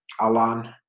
Alan